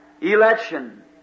Election